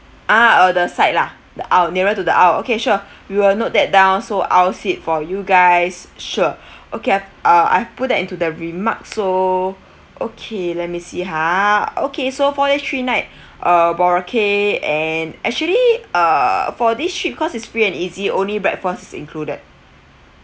ah uh the side lah the aisle nearer to the aisle okay sure we will note that down so I will seat for you guys sure okay uh I have put that into the remark so okay let me see ha okay so four day three night uh boracay and actually uh for this trip because it's free and easy only breakfast included